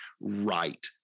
right